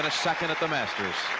ah second at the masters.